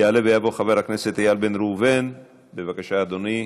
יעלה ויבוא חבר הכנסת איל בן ראובן, בבקשה, אדוני,